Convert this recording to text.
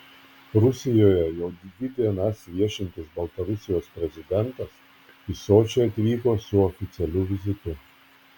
rusijoje jau dvi dienas viešintis baltarusijos prezidentas į sočį atvyko su oficialiu vizitu